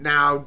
Now